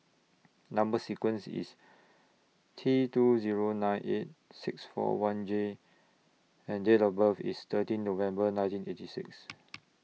Number sequence IS T two Zero nine eight six four one J and Date of birth IS thirteen November nineteen eighty six